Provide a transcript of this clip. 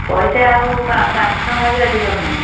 ପଇସା ଆଉ ପାଞ୍ଚଟଙ୍କା ବି ଅଧିକ ନୁହଁ